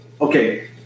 Okay